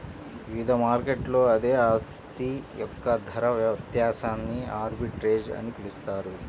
వివిధ మార్కెట్లలో అదే ఆస్తి యొక్క ధర వ్యత్యాసాన్ని ఆర్బిట్రేజ్ అని పిలుస్తారు